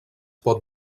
pot